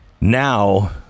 Now